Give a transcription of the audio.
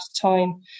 time